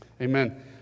Amen